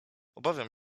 obawiam